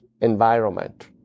environment